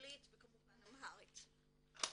ואנגלית וכמובן אמהרית.